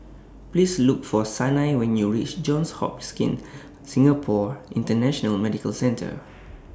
Please Look For Sanai when YOU REACH Johns Hopkins Singapore International Medical Centre